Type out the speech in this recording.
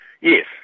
Yes